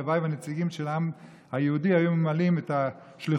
הלוואי שהנציגים של העם היהודי היו ממלאים את השליחות